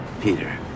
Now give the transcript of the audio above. Peter